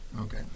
Okay